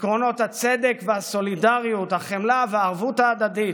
עקרונות הצדק והסולידריות, החמלה והערבות ההדדית,